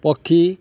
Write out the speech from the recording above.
ପକ୍ଷୀ